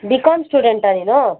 B com ಸ್ಟೂಡೆಂಟಾ ನೀನು